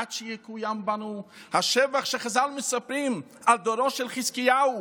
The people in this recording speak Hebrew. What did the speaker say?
עד שיקוים בנו השבח שחז"ל מספרים על דורו של חזקיהו,